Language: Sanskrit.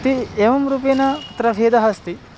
ते एवं रूपेण तत्र भेदः अस्ति